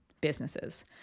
businesses